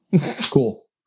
Cool